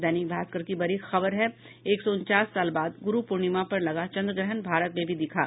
दैनिक भास्कर की बड़ी खबर है एक सौ उनचास साल बाद गुरू पूर्णिमा पर लगा चंद्र ग्रहण भारत में भी दिखा